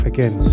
Again